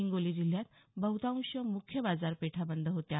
हिंगोली जिल्ह्यात बह्तांश मुख्य बाजारपेठा बंद होत्या